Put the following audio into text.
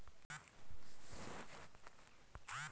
যদি আমি বীমার মাসিক কিস্তির টাকা জমা করতে না পারি তাহলে কি হবে?